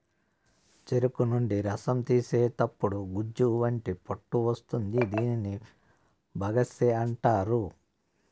చెరుకు నుండి రసం తీసేతప్పుడు గుజ్జు వంటి పొట్టు వస్తుంది దీనిని బగస్సే అంటారు